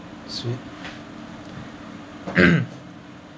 sweet